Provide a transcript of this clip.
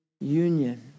union